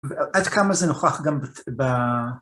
‫עד כמה זה נוכח גם ב...